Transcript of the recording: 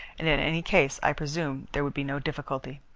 and in any case i presume there would be no difficulty.